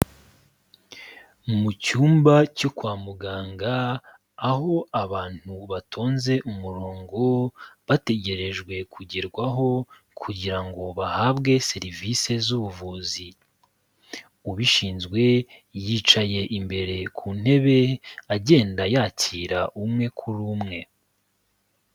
Mu cyumba cyo kwa muganga, aho abantu batonze umurongo bategerejwe kugerwaho kugira ngo bahabwe serivise z'ubuvuzi. Ubishinzwe yicaye imbere ku ntebe, agenda yakira umwe kuri umwe.